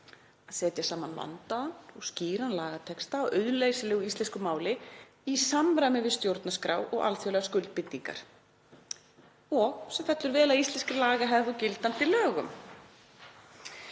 að setja saman vandaðan og skýran lagatexta á auðlæsilegu íslensku máli í samræmi við stjórnarskrá og alþjóðlegar skuldbindingar sem fellur vel að íslenskri lagahefð og gildandi lögum.